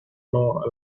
law